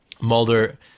Mulder